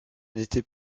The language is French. n’était